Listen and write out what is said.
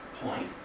point